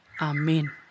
Amen